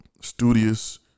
studious